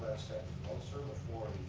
step closer before